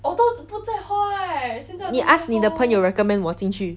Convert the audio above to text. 你 ask 你的朋友 recommend 我进去